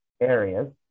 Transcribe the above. areas